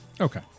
Okay